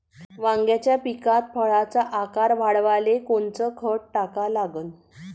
वांग्याच्या पिकात फळाचा आकार वाढवाले कोनचं खत टाका लागन?